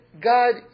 God